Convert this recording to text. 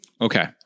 Okay